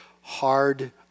hard